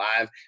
live